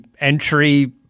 entry